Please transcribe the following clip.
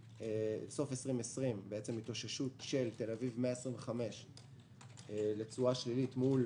בסוף 2020 רואים התאוששות של מדד תל אביב 125 לתשואה שלילית מול